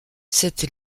cette